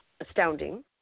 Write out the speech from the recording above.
astounding